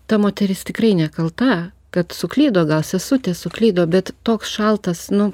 ta moteris tikrai nekalta kad suklydo gal sesutė suklydo bet toks šaltas nu